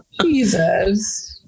Jesus